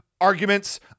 arguments